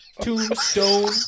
Tombstone